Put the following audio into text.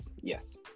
yes